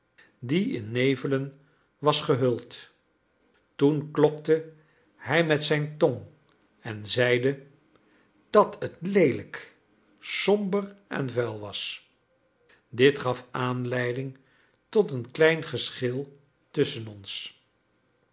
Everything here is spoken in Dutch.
die in nevelen was gehuld toen klokte hij met zijn tong en zeide dat het leelijk somber en vuil was dit gaf aanleiding tot een klein geschil tusschen ons